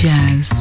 Jazz